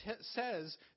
says